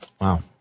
Wow